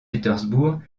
pétersbourg